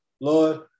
Lord